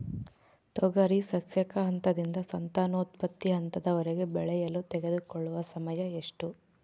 ತೊಗರಿ ಸಸ್ಯಕ ಹಂತದಿಂದ ಸಂತಾನೋತ್ಪತ್ತಿ ಹಂತದವರೆಗೆ ಬೆಳೆಯಲು ತೆಗೆದುಕೊಳ್ಳುವ ಸಮಯ ಎಷ್ಟು?